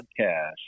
podcast